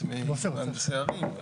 את מהנדסי הערים,